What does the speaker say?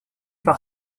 par